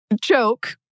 joke